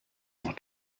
noch